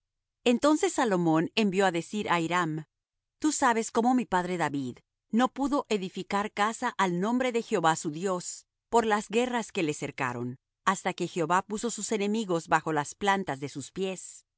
entonces salomón envió á decir á hiram tú sabes como mi padre david no pudo edificar casa al nombre de jehová su dios por las guerras que le cercaron hasta que jehová puso sus enemigos bajo las plantas de sus pies